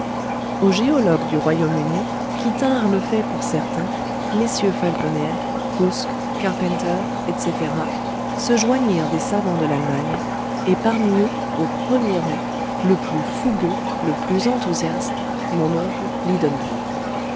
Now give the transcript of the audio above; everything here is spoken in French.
aux géologues du royaume-uni qui tinrent le fait pour certain mm falconer busk carpenter etc se joignirent des savants de l'allemagne et parmi eux au premier rang le plus fougueux le plus enthousiaste mon oncle